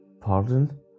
Pardon